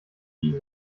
die